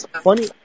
funny